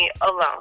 alone